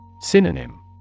Synonym